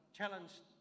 challenged